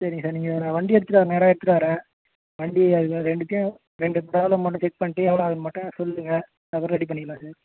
சரிங்க சார் நீங்கள் வண்டியை எடுத்துகிட்டு வரேன் நேராக எடுத்துகிட்டு வரேன் வண்டி அதுமாதிரி ரெண்டுத்தையும் ரெண்டு ப்ராப்ளம் மட்டும் செக் பண்ணிவிட்டு எவ்வளோ ஆகுதுன்னு மட்டும் சொல்லுங்கள் அப்புறம் ரெடி பண்ணிக்கலாம் சார்